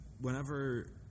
whenever